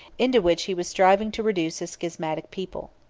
into which he was striving to reduce a schismatic people.